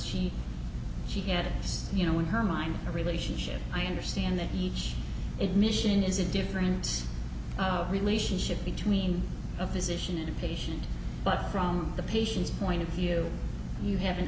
she she had it you know in her line relationship i understand that each admission is a different relationship between a physician and a patient but from the patients point of view you have an